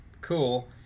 Cool